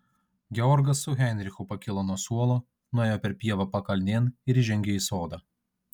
georgas su heinrichu pakilo nuo suolo nuėjo per pievą pakalnėn ir įžengė į sodą